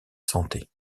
santé